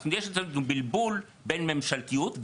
יש אצלנו בלבול בין ממשלתיות,